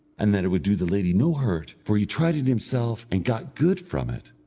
and that it would do the lady no hurt, for he tried it himself and got good from it,